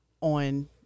on